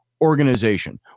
organization